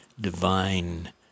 divine